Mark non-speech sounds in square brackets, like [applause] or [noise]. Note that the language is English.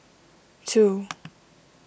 two [noise]